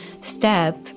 step